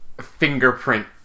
fingerprint